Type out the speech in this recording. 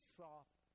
soft